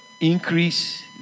Increase